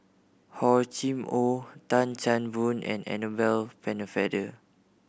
Hor Chim Or Tan Chan Boon and Annabel Pennefather